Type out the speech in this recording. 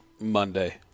Monday